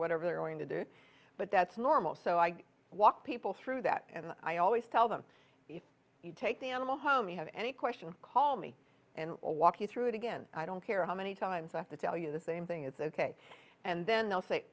whatever they're going to do it but that's normal so i walk people through that and i always tell them if you take the animal home you have any question call me and walk you through it again i don't care how many times i have to tell you the same thing it's ok and then they'll say